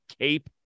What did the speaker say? cape